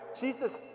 Jesus